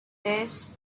this